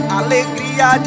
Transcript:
alegria